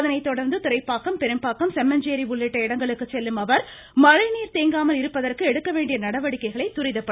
இதனை தொடா்ந்து துரைப்பாக்கம் பெரும்பாக்கம் செம்மஞ்சேரி உள்ளிட்ட இடங்களுக்கு செல்லும் அவர் மழை நீர் தேங்காமல் இருப்பதற்கு எடுக்க வேண்டிய நடவடிக்கைகளை துரிதப்படுத்த உள்ளார்